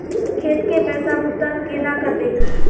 खेत के पैसा भुगतान केना करबे?